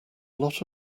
lot